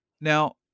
Now